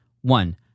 One